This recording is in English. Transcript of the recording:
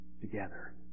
together